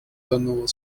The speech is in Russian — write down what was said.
данного